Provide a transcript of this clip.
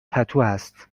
پتوهست